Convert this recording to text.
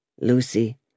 Lucy